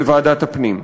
בוועדת הפנים.